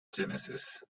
genesis